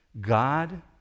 God